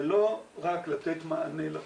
זה לא רק לתת מענה לפונה.